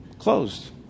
closed